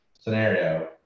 scenario